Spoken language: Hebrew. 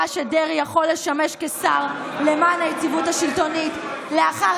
שדרעי יכול לשמש כשר למען היציבות השלטונית לאחר